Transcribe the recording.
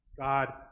God